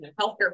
healthcare